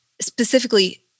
specifically